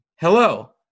Hello